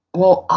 well,